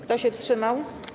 Kto się wstrzymał?